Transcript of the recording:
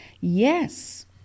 Yes